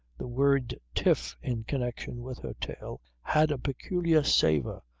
the word tiff in connection with her tale had a peculiar savour,